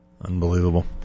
Unbelievable